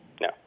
No